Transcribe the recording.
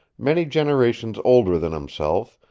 many generations older than himself,